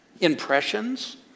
impressions